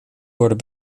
worden